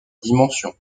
dimension